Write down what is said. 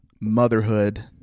motherhood